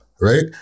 right